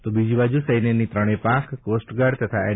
તો બીજી બાજુ સૈન્યની ત્રણેય પાંખ કોસ્ટગાર્ડ તથા એન